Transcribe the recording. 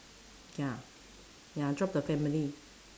ya ya drop the family